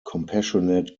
compassionate